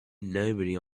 nobody